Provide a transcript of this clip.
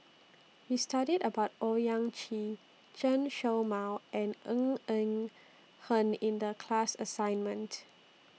We studied about Owyang Chi Chen Show Mao and Ng Eng Hen in The class assignment